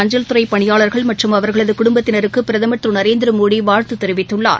அஞ்சல் துறை பணியாளர்கள் மற்றும் அவர்களது குடும்பத்தினருக்கு பிரதமர் திரு நரேந்திர மோடி வாழ்த்து தெரிவித்துள்ளார்